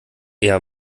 eher